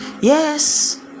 yes